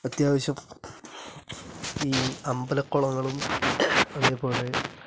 അത്യാവശ്യം ഈ അമ്പലക്കുളങ്ങളും അതേപോലെ